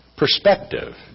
perspective